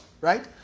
right